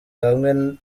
hamwe